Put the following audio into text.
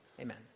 Amen